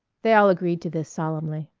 they all agreed to this solemnly.